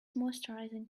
moisturising